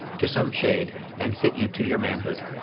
to some shade, and fit you to your manhood.